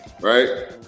right